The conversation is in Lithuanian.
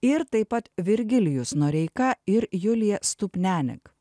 ir taip pat virgilijus noreika ir julija stupnianek